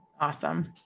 Awesome